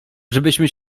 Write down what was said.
żebyśmy